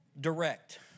direct